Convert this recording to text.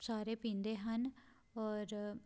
ਸਾਰੇ ਪੀਂਦੇ ਹਨ ਔਰ